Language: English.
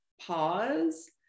pause